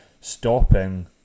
stopping